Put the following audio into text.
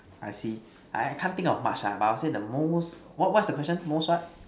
I see I can't think of much ah but I will say the most what what's the question most what